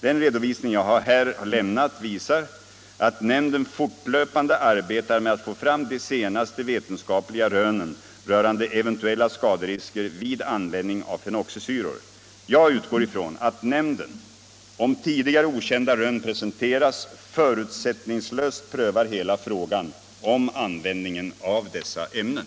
Den redovisning jag här lämnat visar att nämnden fortlöpande arbetar med att få fram de senaste vetenskapliga rönen rörande eventuella skaderisker vid användning av fenoxisyror. Jag utgår från att nämnden, om tidigare okända rön presenteras, förutsättningslöst prövar hela frågan om användningen av dessa ämnen.